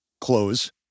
close